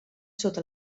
sota